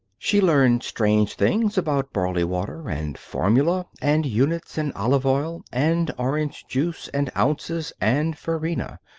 she learned strange things about barley-water and formulae and units and olive oil, and orange juice and ounces and farina,